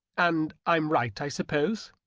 and i'm right, i suppose!